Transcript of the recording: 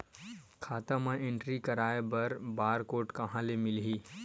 खाता म एंट्री कराय बर बार कोड कहां ले मिलही?